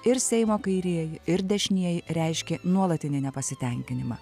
ir seimo kairieji ir dešinieji reiškė nuolatinį nepasitenkinimą